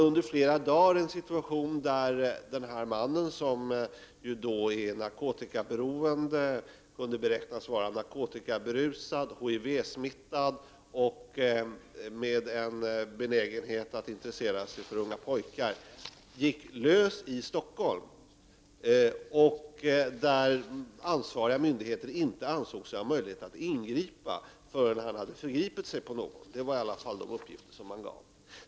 Under flera dagar var det en situation där mannen, som är narkotikaberoende, kunde beräknas vara narkotikaberusad, HIV-smittad och med en benägenhet för att intressera sig för unga pojkar, gick lös i Stockholm. Ansvariga myndigheter ansåg sig inte ha möjlighet att ingripa förrän han hade förgripit sig på någon. Det är i alla fall de uppgifter som gavs.